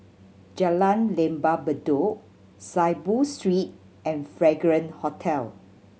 Jalan Lembah Bedok Saiboo Street and Fragrance Hotel